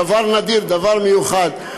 דבר נדיר, דבר מיוחד.